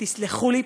תסלחו לי,